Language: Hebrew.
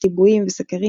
טיבועים וסקרים,